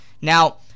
Now